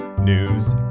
news